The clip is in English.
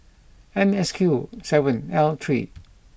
N S Q seven L three